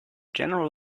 general